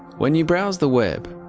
when you browse the web,